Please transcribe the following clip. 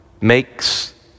makes